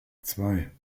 zwei